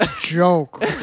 Joke